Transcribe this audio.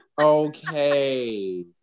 okay